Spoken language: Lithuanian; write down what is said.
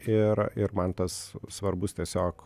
ir ir man tas svarbus tiesiog